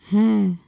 ਹੈ